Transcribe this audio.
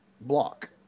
block